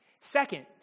Second